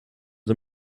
let